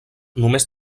només